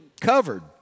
covered